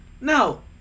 Now